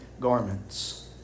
garments